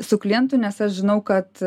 su klientu nes aš žinau kad